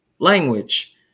language